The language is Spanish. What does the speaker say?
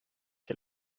que